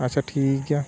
ᱟᱪᱪᱷᱟ ᱴᱷᱤᱠ ᱜᱮᱭᱟ